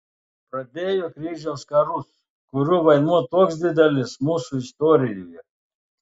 pradėjo kryžiaus karus kurių vaidmuo toks didelis mūsų istorijoje